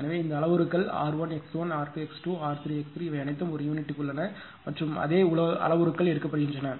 எனவே இந்த அளவுருக்கள் r1 x1 r2 x2 r3 x3 இவை அனைத்தும் ஒரு யூனிட்டுக்கு உள்ளன மற்றும் அதே அளவுருக்கள் எடுக்கப்படுகின்றன